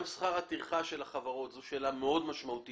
גם שכר הטרחה של החברות הוא שאלה משמעותית מאוד.